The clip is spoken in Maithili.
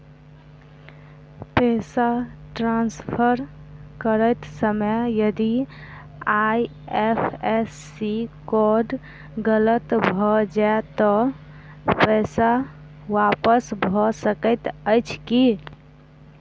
पैसा ट्रान्सफर करैत समय यदि आई.एफ.एस.सी कोड गलत भऽ जाय तऽ पैसा वापस भऽ सकैत अछि की?